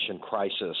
crisis